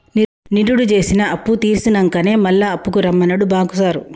నిరుడు జేసిన అప్పుతీర్సినంకనే మళ్ల అప్పుకు రమ్మన్నడు బాంకు సారు